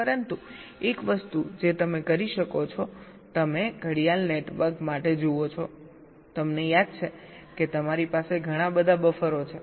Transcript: પરંતુ એક વસ્તુ જે તમે કરી શકો છો તમે ક્લોક નેટવર્ક માટે જુઓ છો તમને યાદ છે કે તમારી પાસે ઘણા બધા બફરો છે